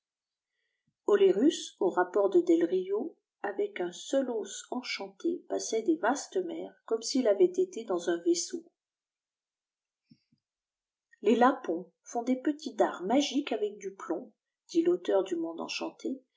retourneh ollerus au rapport de delrio avec un seul os enchanté passait de vastes mers comme s'il avait été dans pn vsseau les lapons font des petits dards magiques avec du plomb dit tauteur du monde